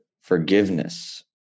forgiveness